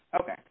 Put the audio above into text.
Okay